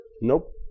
nope